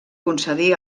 concedí